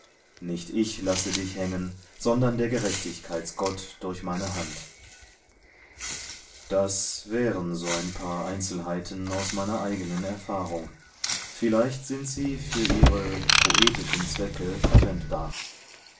nicht ich lasse dich hängen sondern der gerechtigkeitsgott durch meine hand das wären so ein paar einzelheiten aus meiner eigenen erfahrung vielleicht sind sie für ihre poetischen zwecke verwendbar